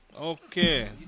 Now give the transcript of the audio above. Okay